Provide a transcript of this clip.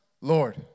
Lord